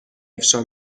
افشا